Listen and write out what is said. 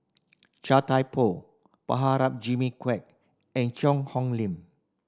Chia Thye Poh Prabhakara Jimmy Quek and Cheang Hong Lim